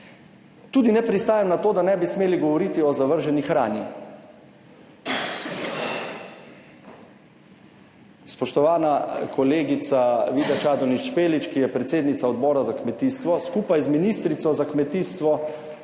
Tudi ne pristajam na to, da ne bi smeli govoriti o zavrženi hrani. Spoštovana kolegica Vida Čadonič Špelič, ki je predsednica Odbora za kmetijstvo, skupaj z ministrico za kmetijstvo